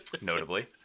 notably